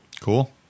Cool